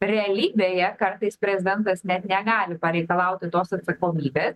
realybėje kartais prezidentas net negali pareikalauti tos atsakomybės